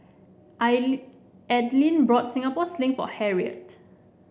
Aidyn bought Singapore Sling for Harriett